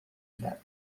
کرد